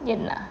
in lah